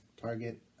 Target